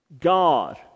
God